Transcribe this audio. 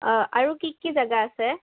অঁ আৰু কি কি জেগা আছে